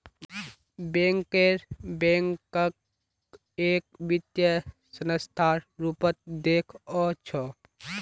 banker बैंकक एक वित्तीय संस्थार रूपत देखअ छ